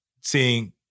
seeing